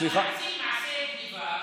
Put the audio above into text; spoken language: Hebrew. אתה מעצים מעשה גנבה.